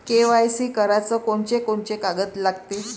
KYC कराच कोनचे कोनचे कागद लागते?